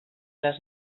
les